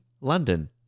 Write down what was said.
London